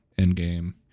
Endgame